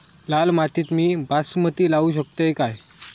लाल मातीत मी बासमती लावू शकतय काय?